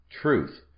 truth